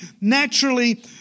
naturally